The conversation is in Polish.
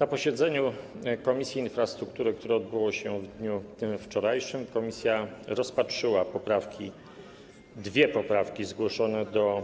Na posiedzeniu Komisji Infrastruktury, które odbyło się w dniu wczorajszym, komisja rozpatrzyła dwie poprawki zgłoszone do